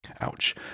ouch